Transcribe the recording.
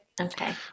Okay